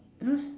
!huh!